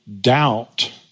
doubt